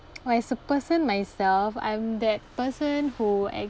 well as a person myself I am that person who ac~